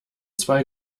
zwei